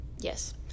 yes